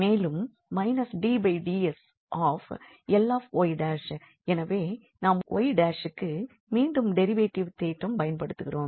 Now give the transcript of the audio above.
மேலும் d dsL𝑦' எனவே நாம் 𝑦′க்கு மீண்டும் டெரிவேட்டிவ் தேற்றம் பயன்படுத்துகிறோம்